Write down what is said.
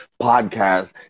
podcast